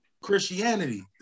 Christianity